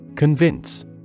Convince